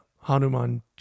Hanuman